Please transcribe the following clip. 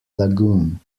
lagoon